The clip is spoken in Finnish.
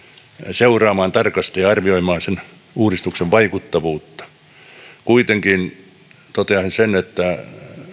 seuraamaan tarkasti ja arvioimaan sen uudistuksen vaikuttavuutta kuitenkin toteaisin sen että